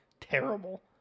terrible